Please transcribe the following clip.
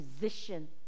position